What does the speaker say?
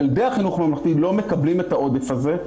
ילדי החינוך הממלכתי-דתי לא מקבלים את העודף הזה,